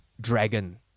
dragon